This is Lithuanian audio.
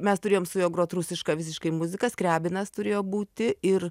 mes turėjom su juo grot rusišką visiškai muziką skriabinas turėjo būti ir